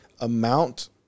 amount